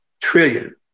trillion